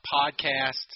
podcast